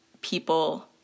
people